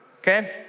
okay